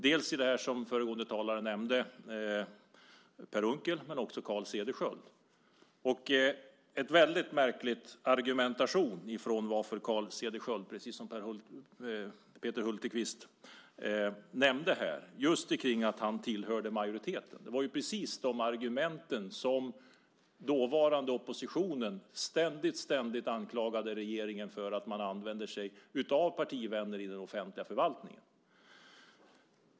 Det handlar om det som föregående talare nämnde, nämligen Per Unckel och Carl Cederschiöld. Precis som Peter Hultqvist nämnde är det en väldigt märklig argumentation kring Carl Cederschiöld som handlar om att han tillhör majoriteten. Den dåvarande oppositionen anklagade ju ständigt regeringen för att använda sig av partivänner i den offentliga förvaltningen.